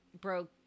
broke